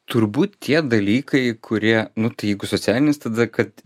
turbūt tie dalykai kurie nu tai jeigu socialinis tada kad